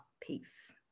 Peace